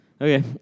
Okay